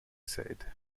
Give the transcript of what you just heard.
said